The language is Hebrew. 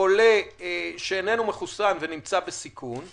חולה שאיננו מחוסן ונמצא בסיכון,